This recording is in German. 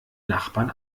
nachbarn